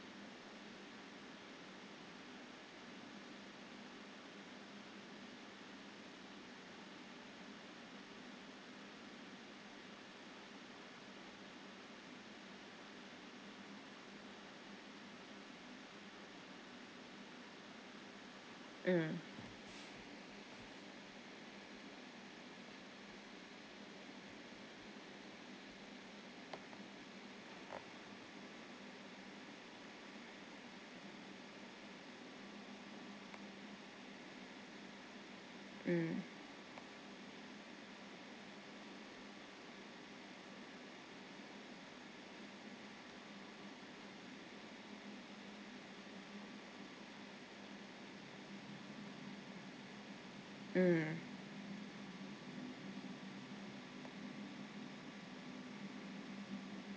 mm mm mm